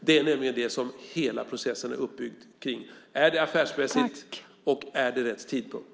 Det är nämligen detta som hela processen är uppbyggd kring: Är det affärsmässigt, och är det rätt tidpunkt?